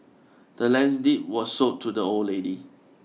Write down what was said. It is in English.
the land's deed was sold to the old lady